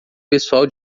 pessoal